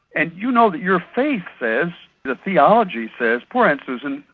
and you know that your faith says, the theology says, poor aunt susan,